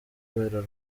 kubera